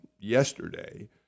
yesterday